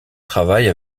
travaille